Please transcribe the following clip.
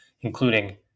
Including